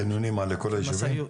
חניונים לכל היישובים?